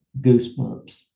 goosebumps